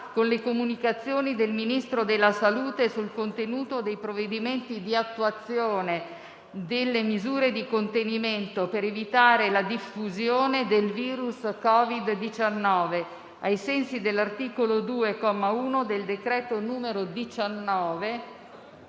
con le comunicazioni del Ministro della salute sul contenuto dei provvedimenti di attuazione delle misure di contenimento per evitare la diffusione del virus Covid-19, ai sensi dell'articolo 2, comma 1,